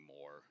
more